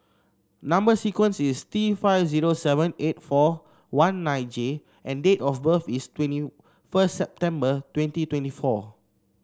number sequence is T five zero seven eight four one nine J and date of birth is twenty first September twenty twenty four